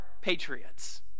patriots